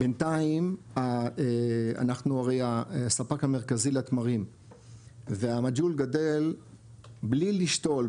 בינתיים אנחנו הרי הספק המרכזי לתמרים והמג'הול גדל בלי לשתול,